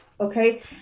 okay